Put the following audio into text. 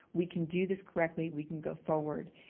we can do this correctly, we can go forward.